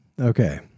okay